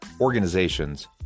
organizations